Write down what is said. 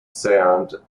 sound